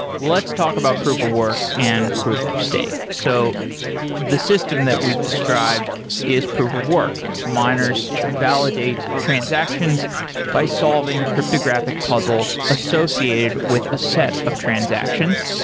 let's talk about proof of work and proof of stake. so the system that we've described is proof of work miners validate transactions by solving cryptographic puzzles associated with a set of transactions.